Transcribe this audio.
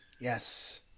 Yes